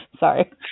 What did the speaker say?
Sorry